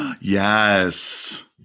yes